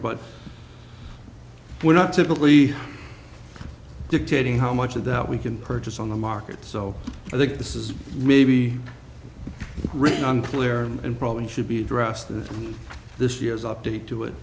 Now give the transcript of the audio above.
but we're not typically dictating how much of that we can purchase on the market so i think this is maybe really unclear and probably should be addressed in this year's update to it